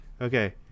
Okay